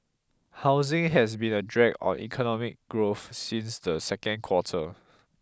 housing has been a drag on economic growth since the second quarter